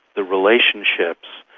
the relationships,